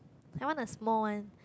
I want a small one